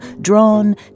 Drawn